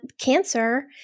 cancer